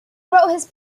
wrote